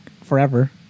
forever